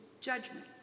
judgment